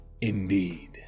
indeed